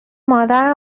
مادرم